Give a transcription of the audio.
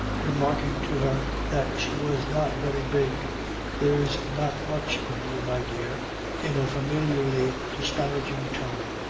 remarking to her that she was not very big there's not much of you my dear in a familiarly disparaging tone.